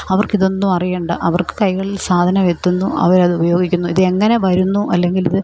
അവർക്ക് ഇതൊന്നും അറിയേണ്ട അവർക്ക് കൈകളിൽ സാധനം എത്തുന്നു അവർ അത് ഉപയോഗിക്കുന്നു ഇത് എങ്ങനെ വരുന്നു അല്ലെങ്കിൽ ഇത്